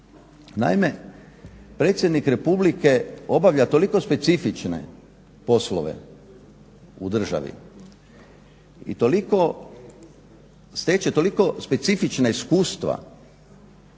Naime, predsjednik Republike obavlja toliko specifične poslove u državi i steče non-stop specifična iskustva